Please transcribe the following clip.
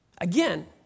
Again